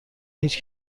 هیچ